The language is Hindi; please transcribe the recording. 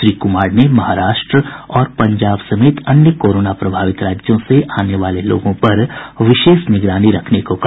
श्री कुमार ने महाराष्ट्र और पंजाब समेत अन्य कोरोना प्रभावित राज्यों से आने वाले लोगों पर विशेष निगरानी रखने को कहा